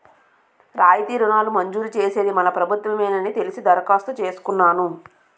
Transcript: రాయితీ రుణాలు మంజూరు చేసేది మన ప్రభుత్వ మేనని తెలిసి దరఖాస్తు చేసుకున్నాను